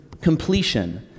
completion